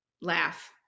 laugh